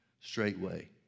straightway